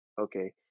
Okay